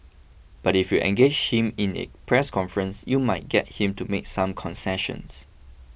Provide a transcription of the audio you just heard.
but if you engage him in a press conference you might get him to make some concessions